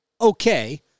okay